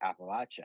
Appalachia